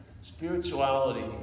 spirituality